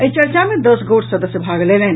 एहि चर्चा मे दस गोट सदस्य भाग लेलनि